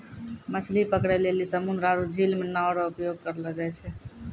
मछली पकड़ै लेली समुन्द्र आरु झील मे नांव रो उपयोग करलो जाय छै